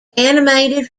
animated